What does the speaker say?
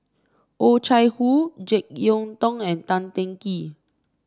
Oh Chai Hoo JeK Yeun Thong and Tan Teng Kee